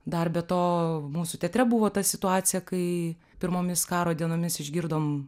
dar be to mūsų teatre buvo ta situacija kai pirmomis karo dienomis išgirdom